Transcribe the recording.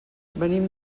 venim